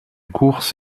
course